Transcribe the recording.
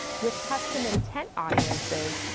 with custom intent audiences,